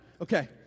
Okay